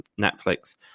netflix